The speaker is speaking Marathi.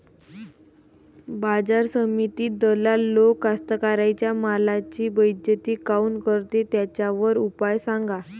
बाजार समितीत दलाल लोक कास्ताकाराच्या मालाची बेइज्जती काऊन करते? त्याच्यावर उपाव सांगा